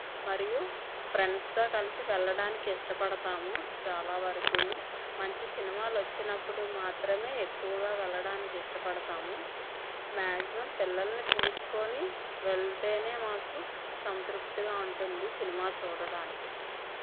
మరియు ఫ్రెండ్స్తో కలిసి వెళ్ళడానికి ఇష్టపడతాము చాలా వరకు మంచి సినిమాలు వచ్చినప్పుడు మాత్రమే ఎక్కువగా వెళ్ళడానికి ఇష్టపడతాము మాక్సిమం పిల్లల్ని తీసుకొని వెళితే మాకు సంతృప్తిగా ఉంటుంది సినిమా చూడడానికి